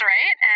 Right